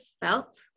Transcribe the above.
felt